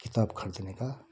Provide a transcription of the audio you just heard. किताब ख़रीदने का